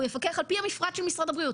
הוא יפקח על פי המפרט של משרד הבריאות.